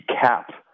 cap